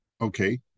okay